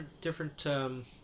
different